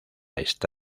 esta